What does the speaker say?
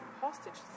hostages